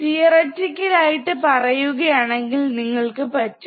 theoretical ആയിട്ട് പറയുകയാണെങ്കിൽ നിങ്ങൾക്ക് പറ്റും